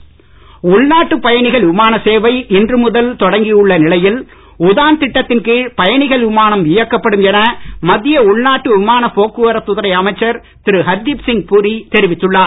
விமான சேவை உள்நாட்டு பயணிகள் விமான சேவை இன்று முதல் தொடங்கியுள்ள நிலையில் உதான் திட்டத்தின்கீழ் பயணிகள் விமானம் இயக்கப்படும் என மத்திய உள்நாட்டு விமான போக்குவரத் துறை அமைச்சர் திரு ஹர்தீப் சிங் புரி தெரிவித்துள்ளார்